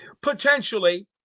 Potentially